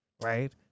right